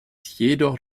jedoch